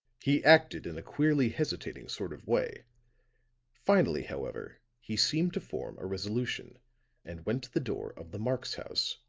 he acted in a queerly hesitating sort of way finally, however, he seemed to form a resolution and went to the door of the marx house.